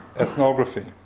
ethnography